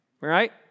right